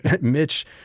Mitch